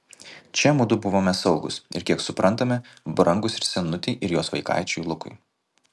čia mudu buvome saugūs ir kiek suprantame brangūs ir senutei ir jos vaikaičiui lukui